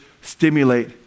stimulate